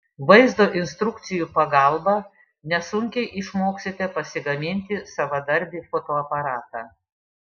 vaizdo instrukcijų pagalba nesunkiai išmoksite pasigaminti savadarbį fotoaparatą